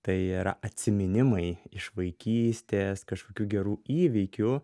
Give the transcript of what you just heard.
tai yra atsiminimai iš vaikystės kažkokių gerų įvykių